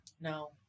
No